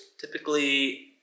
typically